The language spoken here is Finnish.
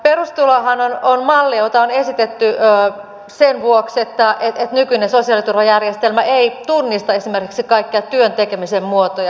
perustulohan on malli jota on esitetty sen vuoksi että nykyinen sosiaaliturvajärjestelmä ei tunnista esimerkiksi kaikkia työn tekemisen muotoja